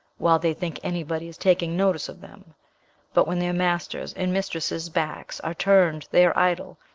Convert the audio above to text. while they think anybody is taking notice of them but, when their masters' and mistresses' backs are turned they are idle,